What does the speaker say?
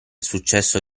successo